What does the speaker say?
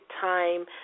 time